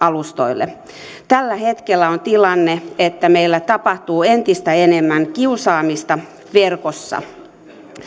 alustan kiusaamistilanteille tällä hetkellä on tilanne että meillä tapahtuu entistä enemmän kiusaamista verkossa